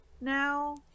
now